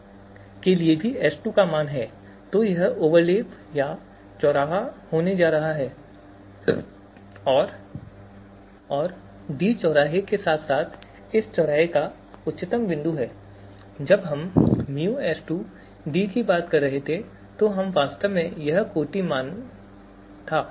तो याह एक दसरे पर ओवरलैप होने जा रहा है या यह मान इक दसरे को इंटरसेक्ट करेंगे डी चौराहा का बिंदु भी है और चौराहा का सबसे ऊंचा बिंदु भी है I जब हम µS2 की बात कर रहे थे तो यह वास्तव में यह कोटि मान था